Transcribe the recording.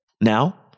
Now